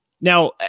now